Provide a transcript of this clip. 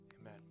Amen